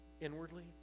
inwardly